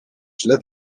źle